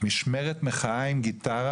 משמרת מחאה עם גיטרה,